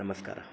नमस्कारः